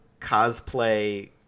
cosplay